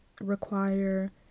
require